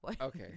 Okay